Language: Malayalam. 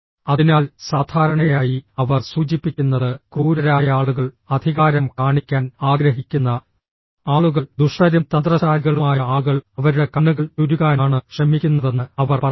അതിനാൽ സാധാരണയായി അവർ സൂചിപ്പിക്കുന്നത് ക്രൂരരായ ആളുകൾ അധികാരം കാണിക്കാൻ ആഗ്രഹിക്കുന്ന ആളുകൾ ദുഷ്ടരും തന്ത്രശാലികളുമായ ആളുകൾ അവരുടെ കണ്ണുകൾ ചുരുക്കാനാണ് ശ്രമിക്കുന്നതെന്ന് അവർ പറയുന്നു